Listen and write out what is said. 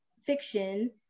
fiction